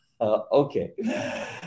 Okay